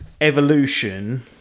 evolution